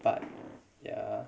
but ya